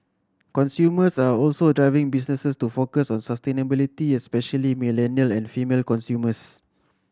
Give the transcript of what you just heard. consumers are also driving businesses to focus on sustainability especially millennial and female consumers